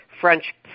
French